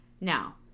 Now